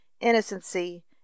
innocency